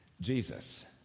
Jesus